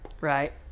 Right